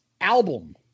album